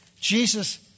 Jesus